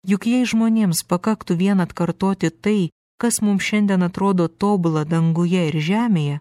juk jei žmonėms pakaktų vien atkartoti tai kas mums šiandien atrodo tobula danguje ir žemėje